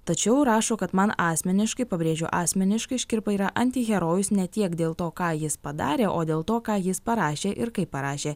tačiau rašo kad man asmeniškai pabrėžiu asmeniškai škirpa yra antiherojus ne tiek dėl to ką jis padarė o dėl to ką jis parašė ir kaip parašė